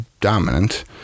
dominant